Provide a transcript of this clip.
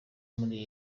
muri